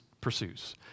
pursues